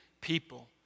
people